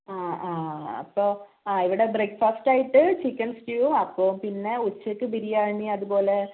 ആ ആ അപ്പോൾ ആ ഇവിടെ ബ്രേക്ഫാസ്റ്റായിട്ട് ചിക്കൻ സ്റ്റൂവും അപ്പവും പിന്നെ ഉച്ചക്ക് ബിരിയാണി അതുപോലേ